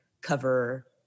cover